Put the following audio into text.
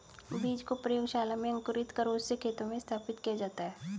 बीज को प्रयोगशाला में अंकुरित कर उससे खेतों में स्थापित किया जाता है